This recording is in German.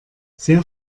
sehr